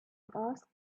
asked